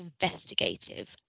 investigative